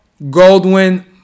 Goldwyn